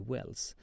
Wells